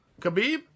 Khabib